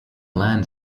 lands